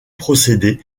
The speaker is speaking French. procédé